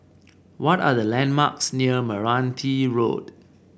what are the landmarks near Meranti Road